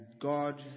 God